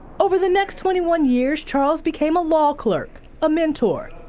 over the next twenty one years, charles became a law clerk, ah mentor,